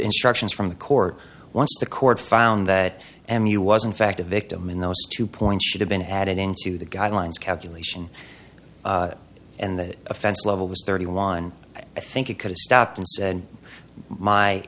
instructions from the court once the court found that m u was in fact a victim in those two points should have been added into the guidelines calculation and the offense level was thirty one i think it could have stopped and